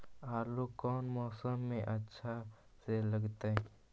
आलू कौन मौसम में अच्छा से लगतैई?